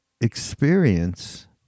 experience